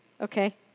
Okay